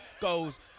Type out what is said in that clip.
goals